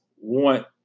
want